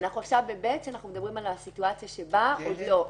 אנחנו עכשיו ב-(ב); אנחנו מדברים על סיטואציה שבה עוד לא.